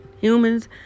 Humans